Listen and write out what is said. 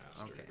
Okay